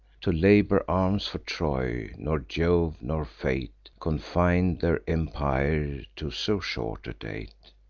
to labor arms for troy nor jove, nor fate, confin'd their empire to so short a date.